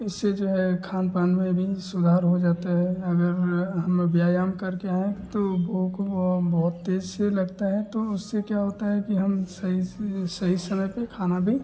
इससे जो है खान पान में भीं सुधार हो जाता है अगर हम लोग व्यायाम करके आऍंगे तो भूक वह बहुत तेज़ से लगती है तो उससे क्या होता है कि हम सही से सही समय पर खाना भी